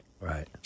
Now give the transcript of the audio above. Right